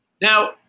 Now